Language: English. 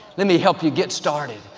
let me help you get started.